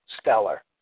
stellar